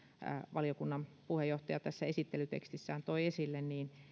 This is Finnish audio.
valiokunnan puheenjohtaja esittelytekstissään toi esille